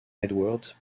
edward